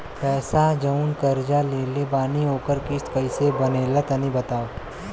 पैसा जऊन कर्जा लेले बानी ओकर किश्त कइसे बनेला तनी बताव?